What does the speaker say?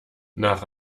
nach